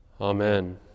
Amen